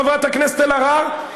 חברת הכנסת אלהרר,